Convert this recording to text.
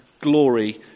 glory